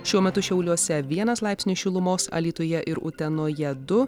šiuo metu šiauliuose vienas laipsnis šilumos alytuje ir utenoje du